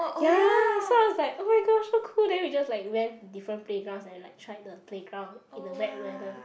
ya so I was like oh-my-gosh so cool then we just like went to different playground and like try the playground in a wet weather